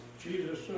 Jesus